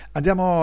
Andiamo